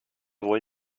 wohl